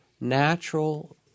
natural